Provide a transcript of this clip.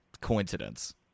coincidence